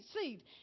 seed